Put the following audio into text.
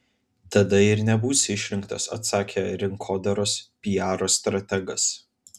tada ir nebūsi išrinktas atsakė rinkodaros piaro strategas